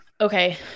Okay